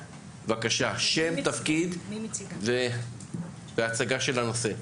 בבקשה, שם תפקיד והצגה של הנושא.